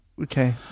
Okay